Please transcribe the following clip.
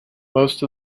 most